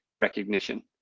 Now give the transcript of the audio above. recognition